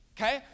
Okay